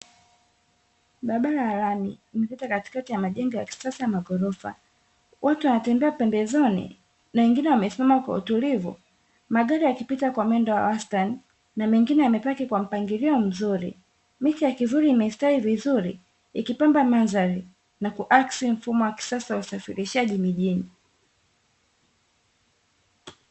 Barabara ya rami imepita katikati ya majengo ya kisasa ya maghorofa, watu wanatembea pembezoni, na wengine wamesimama kwa utulivu, magari yakipita kwa mwendo wa wastani , na mengine yamepaki kwa mpangilio mzuri, miti ya kivuli imestawi vizuri, ikipamba mandhari na kuakisi mfumo wa kisasa wa usafirishaji mijini.